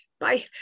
Bye